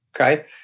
okay